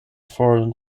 foreign